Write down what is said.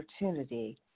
opportunity